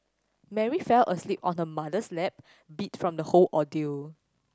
Mary fell asleep on her mother's lap beat from the whole ordeal